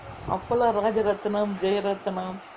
அப்போலாம்:appolaam rajaratnam jeyaretnam